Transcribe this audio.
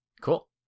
Cool